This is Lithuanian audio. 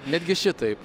netgi šitaip